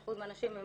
95% מהנשים הן